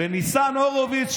בניצן הורוביץ,